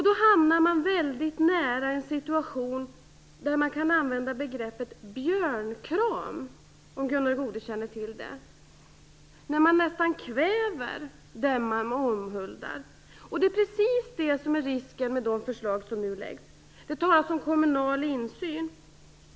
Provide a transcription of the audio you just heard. Då hamnar man väldigt nära en situation där man kan använda begreppet björnkram, om Gunnar Goude känner till det. Det innebär att man nästan kväver den som man omhuldar. Det är precis det som är risken med de förslag som nu läggs fram. Det talas om kommunal insyn.